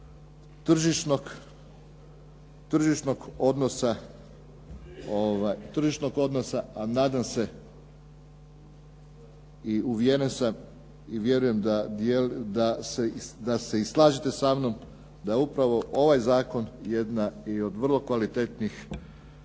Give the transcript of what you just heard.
tržišnog odnosa a nadam se i uvjeren sam i vjerujem da se i slažete sa mnom da je upravo ovaj zakon jedna i od vrlo kvalitetnih